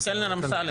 קלנר, אמסלם.